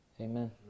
Amen